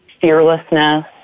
fearlessness